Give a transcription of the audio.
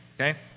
okay